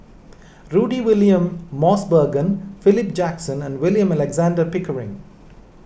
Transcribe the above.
Rudy William Mosbergen Philip Jackson and William Alexander Pickering